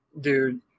Dude